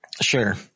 Sure